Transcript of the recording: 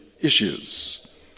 issues